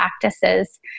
practices